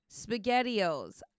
SpaghettiOs